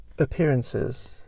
Appearances